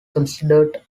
considered